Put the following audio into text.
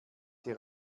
dir